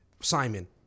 Simon